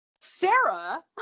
Sarah